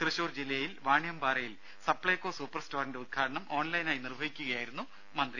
തൃശൂർ ജില്ലയിലെ വാണിയമ്പാറയിൽ സപ്പ്പൈകൊ സൂപ്പർ സ്റ്റോറിന്റെ ഉദ്ഘാടനം ഓൺലൈനായി നിർവഹിച്ച് സംസാരിക്കുകയായിരുന്നു മന്ത്രി